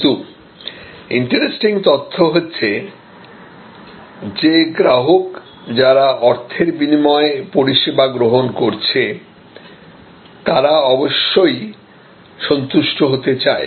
কিন্তু ইন্টারেস্টিং তথ্য হচ্ছে যে গ্রাহক যারা অর্থের বিনিময়ে পরিষেবা গ্রহণ করছে তারা অবশ্যই সন্তুষ্ট হতে চায়